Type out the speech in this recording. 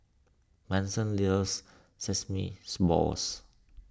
Manson loves Sesame Malls